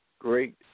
Great